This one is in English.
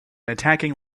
attacking